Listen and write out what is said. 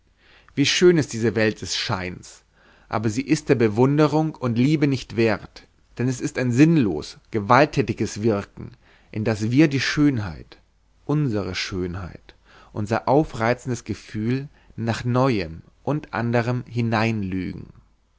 wie schön ist diese welt des scheins aber sie ist der bewunderung und liebe nicht wert denn es ist ein sinnlos gewalttätiges wirken in das wir die schönheit unsere schönheit unser aufreizendes gefühl nach neuem und anderm